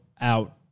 out